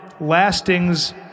Lasting's